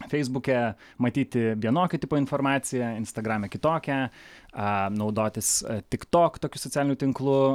feisbuke matyti vienokio tipo informaciją instagrame kitokią aaa naudotis tik tok tokiu socialiniu tinklu